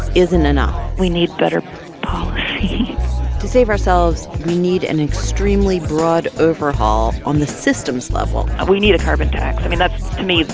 isn't enough we need better policy to save ourselves, we need an extremely broad overhaul on the systems level we need a carbon tax. i mean, that's to me,